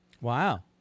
Wow